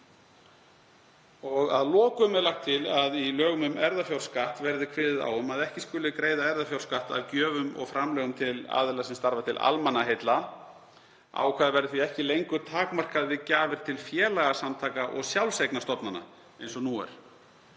Að lokum er lagt til að í lögum um erfðafjárskatt verði kveðið á um að ekki skuli greiða erfðafjárskatt af gjöfum og framlögum til aðila sem starfa til almannaheilla. Ákvæðið verður því ekki lengur takmarkað við gjafir til félagasamtaka og sjálfseignarstofnana eins og nú er,